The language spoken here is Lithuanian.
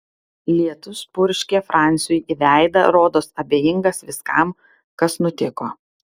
lietus purškė franciui į veidą rodos abejingas viskam kas nutiko